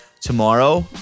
Tomorrow